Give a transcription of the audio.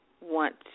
want